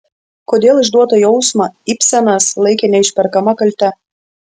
kodėl išduotą jausmą ibsenas laikė neišperkama kalte